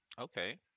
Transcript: Okay